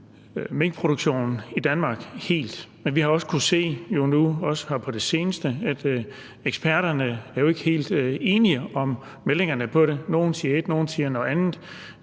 minkproduktionen i Danmark helt. Men vi har også kunnet se, jo også nu her på det seneste, at eksperterne ikke er helt enige om meldingerne om det. Nogle siger et, andre siger noget andet.